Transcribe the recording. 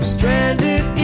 Stranded